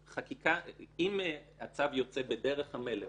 אם הצו יוצא בדרך המלך,